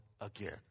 again